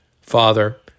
Father